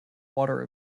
water